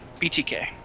BTK